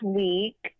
week